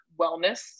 wellness